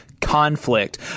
conflict